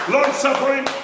Long-suffering